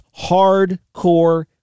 hardcore